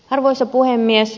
arvoisa puhemies